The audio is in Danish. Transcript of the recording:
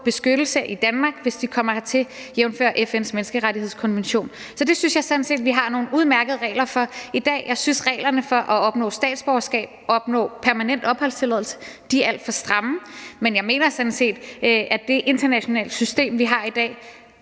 beskyttelse i Danmark, hvis de kommer hertil, jævnfør FN's menneskerettighedskonvention. Så jeg synes sådan set, at vi har nogle udmærkede regler for det i dag, og jeg synes, at reglerne for at opnå statsborgerskab og for at opnå permanent opholdstilladelse er alt for stramme, men jeg mener sådan set, at det internationale system, vi har i dag,